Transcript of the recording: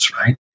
right